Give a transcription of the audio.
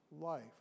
life